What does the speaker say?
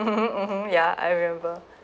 mmhmm mmhmm ya I remember